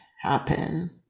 happen